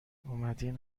اومدین